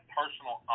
personal